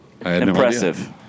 impressive